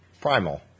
primal